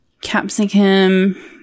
Capsicum